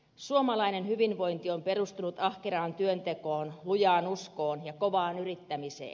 suomalainen hyvinvointi on perustunut ahkeraan työntekoon lujaan uskoon ja kovaan yrittämiseen